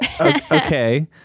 Okay